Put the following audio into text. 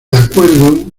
acuerdo